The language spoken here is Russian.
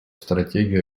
стратегию